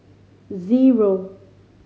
zero